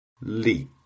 leak